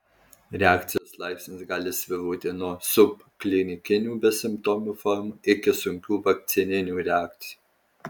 reakcijos laipsnis gali svyruoti nuo subklinikinių besimptomių formų iki sunkių vakcininių reakcijų